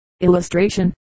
Illustration